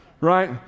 right